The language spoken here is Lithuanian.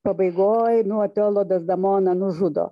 pabaigoj nu otelo dezdemoną nužudo